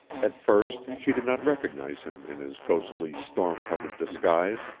at first she did not recognize him in his ghostly storm-covered disguise.